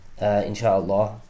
Insha'Allah